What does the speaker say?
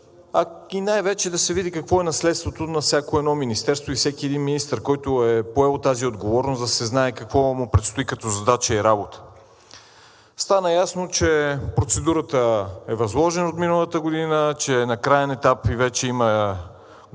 и най-вече да се види какво е наследството на всяко едно министерство и всеки един министър, който е поел тази отговорност, да се знае какво му предстои като задача и работа. Стана ясно, че процедурата е възложена от миналата година, че е на краен етап и вече има подготовка